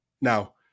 Now